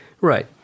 Right